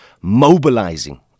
mobilizing